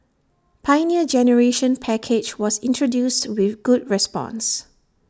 Pioneer Generation package was introduced with good response